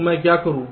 तो मैं क्या करूं